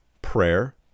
Prayer